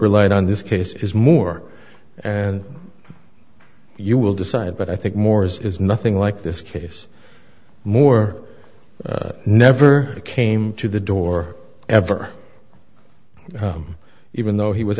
relied on this case is more and you will decide but i think more is nothing like this case more never came to the door ever even though he was